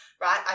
right